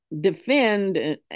defend